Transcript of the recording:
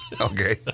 Okay